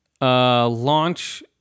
launch